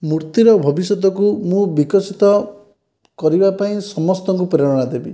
ମୂର୍ତ୍ତିର ଭବିଷ୍ୟତକୁ ମୁଁ ବିକଶିତ କରିବା ପାଇଁ ସମସ୍ତଙ୍କୁ ପ୍ରେରଣା ଦେବି